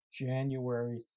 January